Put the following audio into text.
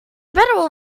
better